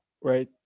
Right